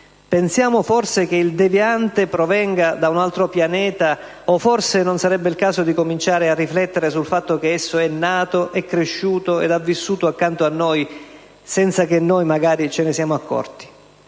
Pensiamo forse che il deviante provenga da un altro pianeta o forse non sarebbe il caso di cominciare a riflettere sul fatto che egli è nato, è cresciuto ed ha vissuto accanto a noi senza che noi magari ce ne siamo accorti?